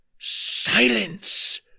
Silence